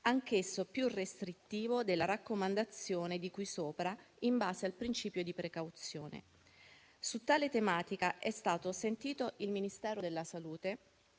anch'esso più restrittivo della raccomandazione di cui sopra, in base al principio di precauzione. Su tale tematica è stato sentito il Ministero della salute,